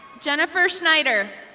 jennifer snyder.